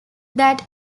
that